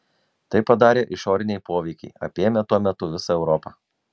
tai padarė išoriniai poveikiai apėmę tuo metu visą europą